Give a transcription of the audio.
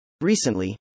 Recently